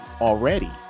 already